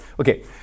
Okay